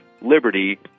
liberty